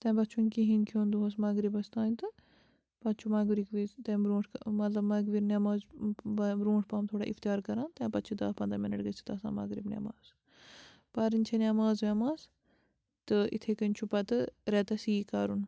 تَمہِ پَتہٕ چھُنہٕ کِہیٖنۍ کھیٛون دۄہَس مغرِبَس تانۍ تہٕ پَتہٕ چھُ مغرِب وِزِۍ تَمہِ برٛونٛٹھ مطلب مَغرب نیٚمازِ برٛونٛٹھ پَہَم تھوڑا اِفطیار کَران تَمہِ پَتہٕ چھِ دٔہ پَنٛداہ مِنَٹ گٔژھِتھ آسان مَغرِب نیٚماز پَرٕنۍ چھِ نیٚماز ویٚماز تہٕ یِتھے کٔنۍ چھُ پَتہٕ ریٚتَس یی کَرُن